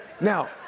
Now